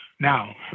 Now